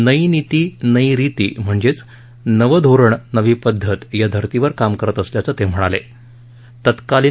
नई नीतीनई रिती म्हणजेच नवं धोरणनवी पद्धत या धर्तीवर काम करत असल्याचं ते म्हणाले तत्कालीन